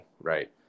right